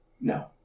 no